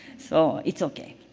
so it's okay.